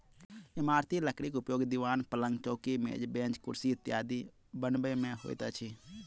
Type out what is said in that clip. इमारती लकड़ीक उपयोग दिवान, पलंग, चौकी, मेज, बेंच, कुर्सी इत्यादि बनबय मे होइत अछि